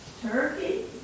Turkey